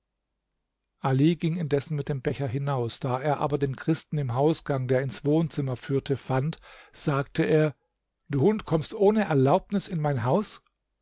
ali ging indessen mit dem becher hinaus da er aber den christen im hausgang der ins wohnzimmer führte fand sagte er du hund kommst ohne erlaubnis in mein haus